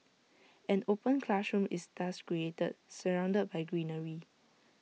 an open classroom is thus created surrounded by greenery